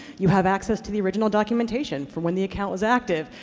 you have access to the original documentation for when the account was active.